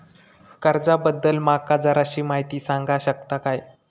कर्जा बद्दल माका जराशी माहिती सांगा शकता काय?